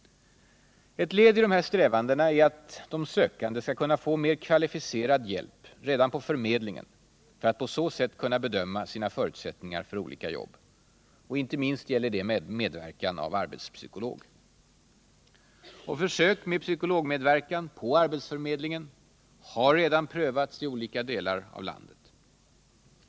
Ett led i de här strävandena är att de sökande skall kunna få mer kvalificerad hjälp redan på förmedlingen för att på så sätt kunna bedöma sina förutsättningar för olika jobb. Inte minst gäller det medverkan av arbetspsykolog. Försök med psykologmedverkan på arbetsförmedlingen har redan prövats i olika delar av landet.